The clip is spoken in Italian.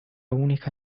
unica